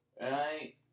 Right